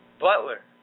Butler